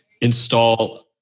install